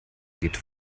geht